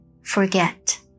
forget